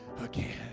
again